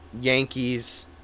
Yankees